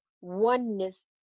oneness